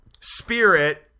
spirit